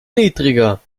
niedriger